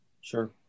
sure